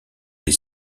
les